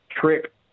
Trip